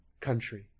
country